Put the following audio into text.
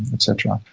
et cetera.